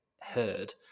heard